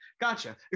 Gotcha